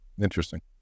Interesting